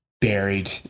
Buried